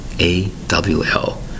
A-W-L